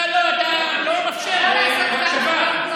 אתה לא מאפשר הקשבה.